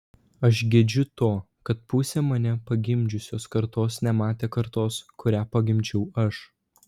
aš gedžiu to kad pusė mane pagimdžiusios kartos nematė kartos kurią pagimdžiau aš